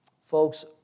Folks